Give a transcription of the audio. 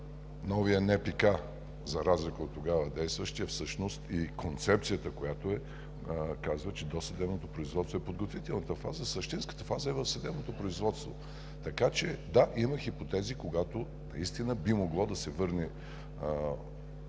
новия НПК, за разлика от тогава действащия, всъщност и концепцията казва, че досъдебното производство е подготвителната фаза, а същинската фаза е в съдебното производство. Така че, да, има хипотези, когато наистина би могло да се върне